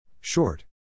Short